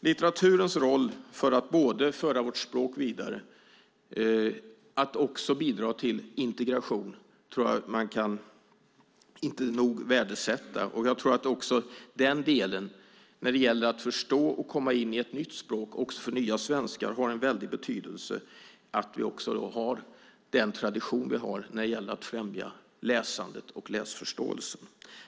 Litteraturens roll både för att föra vårt språk vidare och för att bidra till integration kan inte nog värdesättas. Jag tror att det när det gäller att förstå och komma in i ett nytt språk för nya svenskar har en stor betydelse att vi har den tradition vi har när det gäller att främja läsandet och läsförståelsen.